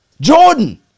Jordan